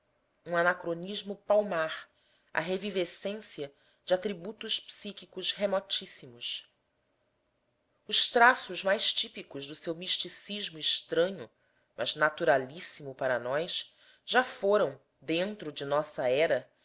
um anacronismo palmar a revivescência de atributos psíquicos remotíssimos os traços mais típicos do seu misticismo estranho mas naturalíssimo para nós já foram dentro de nossa era